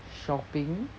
shopping